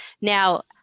Now